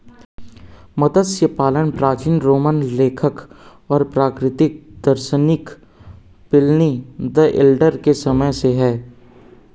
मत्स्य पालन प्राचीन रोमन लेखक और प्राकृतिक दार्शनिक प्लिनी द एल्डर के समय से है